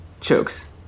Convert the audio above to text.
Chokes